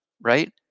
right